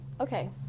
okay